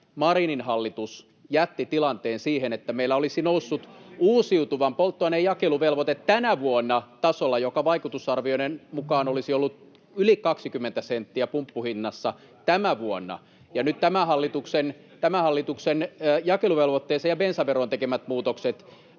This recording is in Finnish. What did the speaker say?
Marinin hallitus jätti tilanteen siihen, että meillä olisi noussut uusiutuvan polttoaineen jakeluvelvoite tänä vuonna tasolla, joka vaikutusarvioiden mukaan olisi ollut yli 20 senttiä pumppuhinnassa tänä vuonna. [Vasemmalta: Puhuuko nyt ympäristöministeri?] Nyt tämän hallituksen tekemät muutokset